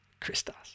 Christos